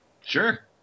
Sure